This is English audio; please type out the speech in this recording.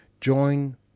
Join